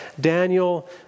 Daniel